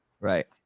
right